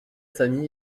sammy